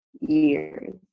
years